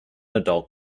adult